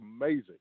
amazing